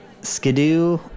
Skidoo